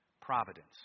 Providence